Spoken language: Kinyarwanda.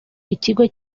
ikigo